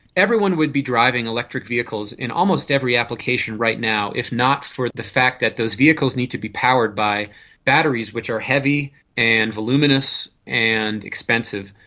everyone would be driving electric vehicles in almost every application right now if not for the fact that those vehicles need to be powered by batteries, which are heavy and voluminous and expensive.